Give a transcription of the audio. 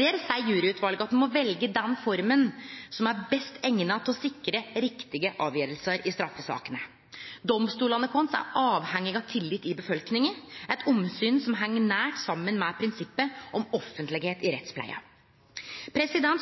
Der seier juryutvalet at ein må velje den forma som er best eigna til å sikre riktige avgjerder i straffesakene. Domstolane våre er avhengige av tillit i befolkninga, eit omsyn som heng nært saman med prinsippet om offentlegheit i rettspleia.